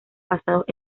basados